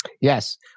Yes